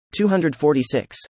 246